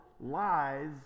lies